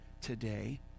today